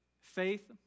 Faith